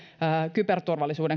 kyberturvallisuuden